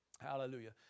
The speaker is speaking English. Hallelujah